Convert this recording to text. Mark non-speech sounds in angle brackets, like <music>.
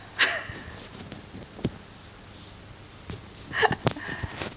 <laughs>